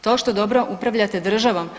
To što dobro upravljate državom?